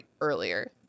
earlier